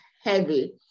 heavy